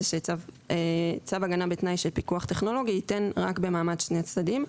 זה שצו הגנה בתנאי של פיקוח טכנולוגי ייתן רק במעמד שני הצדדים,